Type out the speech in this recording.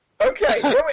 Okay